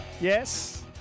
Yes